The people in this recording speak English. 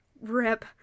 Rip